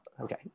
okay